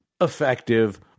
effective